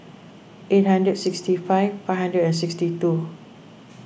eight hundred sixty five five hundred and sixty two